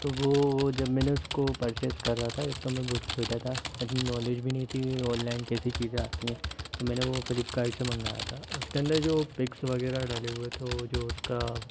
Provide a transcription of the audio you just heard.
तो वो जब मैंने उसको परचेज करा था जब तो मैं बहुत छोटा था इतनी नॉलेज भी नहीं थी ओनलाइन कैसे चीज़ें आती हैं तो मैंने वो फ्लिपकार्ट से मंगवाया था उसके अंदर जो पिक्स वगैरह डले हुए थे वो जो उसका